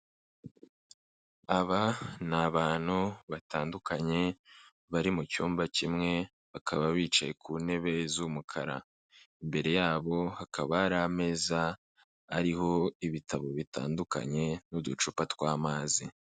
Aba ni abantu batandukanye bari mu cyumba kimwe bakaba bicaye ku ntebe z'umukara, imbere yabo hakaba hari ameza ariho ibitabo bitandukanye n'uducupa tw'amazi.